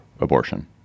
abortion